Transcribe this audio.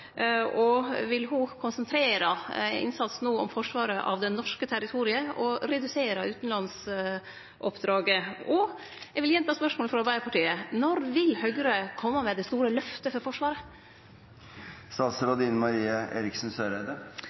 Vil ho konsentrere innsatsen no om forsvaret av det norske territoriet og redusere utanlandsoppdraget? Og eg vil gjenta spørsmålet frå Arbeidarpartiet: Når vil Høgre kome med det store løftet for Forsvaret?